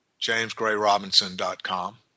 jamesgrayrobinson.com